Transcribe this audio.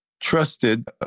trusted